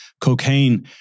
cocaine